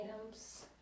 items